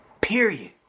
Period